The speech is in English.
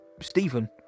Stephen